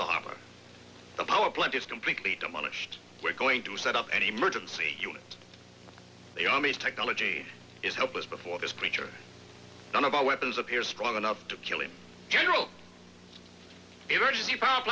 the harbor the power plant is completely demolished we're going to set up an emergency the army's technology is helpless before this creature one of our weapons appears strong enough to kill him general emergency po